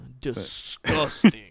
Disgusting